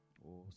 Awesome